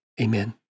Amen